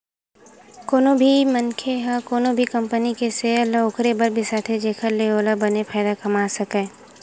कोनो भी मनखे ह कोनो कंपनी के सेयर ल ओखरे बर बिसाथे जेखर ले ओहा बने फायदा कमा सकय